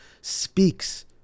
speaks